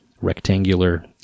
rectangular